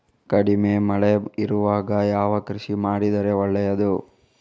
ಕಡಿಮೆ ಮಳೆ ಇರುವಾಗ ಯಾವ ಕೃಷಿ ಮಾಡಿದರೆ ಒಳ್ಳೆಯದು?